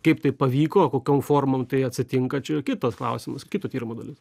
kaip tai pavyko kokiom formom tai atsitinka čia jau kitas klausimas kito tyrimo dalis